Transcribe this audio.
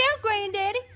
Granddaddy